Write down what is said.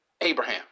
Abraham